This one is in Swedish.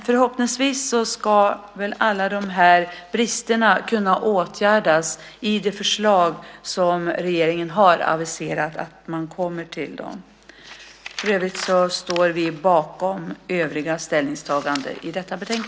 Förhoppningsvis ska alla dessa brister kunna åtgärdas i samband med det förslag som regeringen aviserat att de kommer att lägga fram. Vi står bakom övriga ställningstaganden i detta betänkande.